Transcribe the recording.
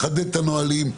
לחדד את הנהלים,